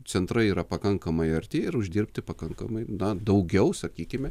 centrai yra pakankamai arti ir uždirbti pakankamai na daugiau sakykime